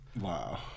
Wow